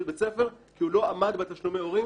בית ספר שהוא לא עמד בתשלומי הורים.